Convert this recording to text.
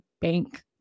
bank